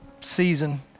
season